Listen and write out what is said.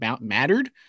mattered